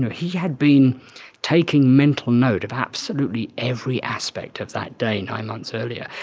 he had been taking mental note of absolutely every aspect of that day nine months earlier.